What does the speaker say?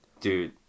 Dude